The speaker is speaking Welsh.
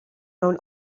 mewn